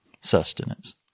sustenance